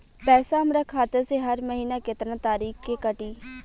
पैसा हमरा खाता से हर महीना केतना तारीक के कटी?